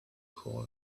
call